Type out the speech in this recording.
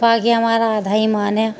پاکی ہمارا آدھا ایمان ہے